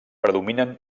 predominen